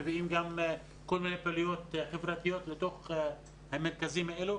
מביאים גם כל מיני פעילויות חברתיות למרכזים האלה.